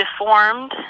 deformed